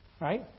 Right